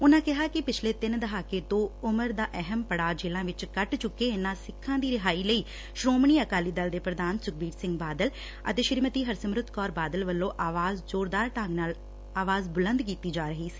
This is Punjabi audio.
ਉਨੂਾ ਕਿਹਾ ਕਿ ਪਿਛਲੇ ਤਿੰਨ ਦਹਾਕੇ ਤੋਂ ਉਮਰ ਦਾ ਅਹਿਮ ਪੜਾਅ ਜੇਲਾਂ ਵਿਚ ਕੱਟ ਚੁੱਕੇ ਇਨਾਂ ਸਿੱਖਾਂ ਦੀ ਰਿਹਾਈ ਲਈ ਸ਼ੋਮਣੀ ਅਕਾਲੀ ਦਲ ਦੇ ਪੁਧਾਨ ਸੁਖਬੀਰ ਬਾਦਲ ਅਤੇ ਸ੍ਰੀਮਤੀ ਹਰਸਿਮਰਤ ਕੌਰ ਬਾਦਲ ਵਲੋਂ ਆਵਾਜ ਜ਼ੋਰਦਾਰ ਢੰਗ ਨਾਲ ਅਵਾਜ ਬੁਲੰਦ ਕੀਤੀ ਜਾ ਰਹੀ ਸੀ